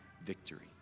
victory